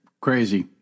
Crazy